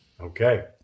Okay